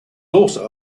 also